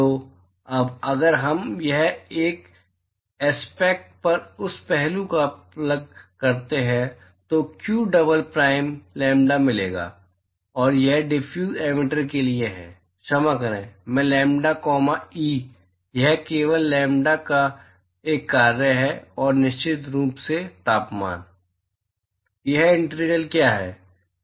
तो अब अगर हम यहां इस एस्पेक्ट पर उस पहलू को प्लग करते हैं तो q डबल प्राइम लैम्ब्डा मिलेगा और यह डिफ्यूज़ एमिटर के लिए है क्षमा करें मैं लैम्ब्डा कॉमा ई यह केवल लैम्ब्डा का एक कार्य है और निश्चित रूप से तापमान यह इंटीग्रल क्या है